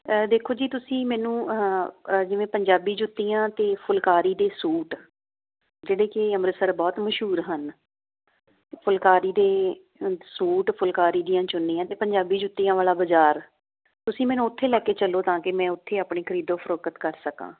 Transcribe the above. ਦੇਖੋ ਜੀ ਤੁਸੀਂ ਮੈਨੂੰ ਜਿਵੇਂ ਪੰਜਾਬੀ ਜੁੱਤੀਆਂ ਅਤੇ ਫੁਲਕਾਰੀ ਦੇ ਸੂਟ ਜਿਹੜੇ ਕਿ ਅੰਮ੍ਰਿਤਸਰ ਬਹੁਤ ਮਸ਼ਹੂਰ ਹਨ ਫੁਲਕਾਰੀ ਦੇ ਸੂਟ ਫੁਲਕਾਰੀ ਦੀਆਂ ਚੁੰਨੀਆਂ ਅਤੇ ਪੰਜਾਬੀ ਜੁੱਤੀਆਂ ਵਾਲਾ ਬਾਜ਼ਾਰ ਤੁਸੀਂ ਮੈਨੂੰ ਉੱਥੇ ਲੈ ਕੇ ਚੱਲੋ ਤਾਂ ਕਿ ਮੈਂ ਉੱਥੇ ਆਪਣੀ ਖਰੀਦੋ ਫਰੋਖਤ ਕਰ ਸਕਾਂ